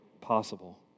possible